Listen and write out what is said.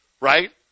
right